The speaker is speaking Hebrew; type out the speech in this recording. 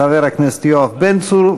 חבר הכנסת יואב בן צור,